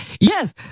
yes